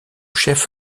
chef